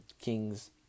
Kings